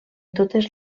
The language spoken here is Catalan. totes